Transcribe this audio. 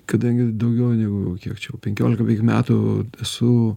kadangi daugiau negu kiek čia jau penkiolika metų esu